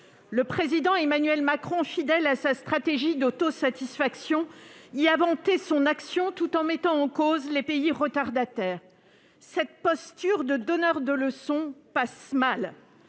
Le président Emmanuel Macron, fidèle à sa stratégie d'autosatisfaction, y a vanté son action tout en mettant en cause les pays retardataires. Cette posture de donneur de leçons passe mal,